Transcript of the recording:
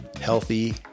healthy